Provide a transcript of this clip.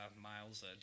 miles